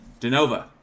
Denova